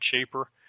cheaper